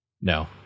No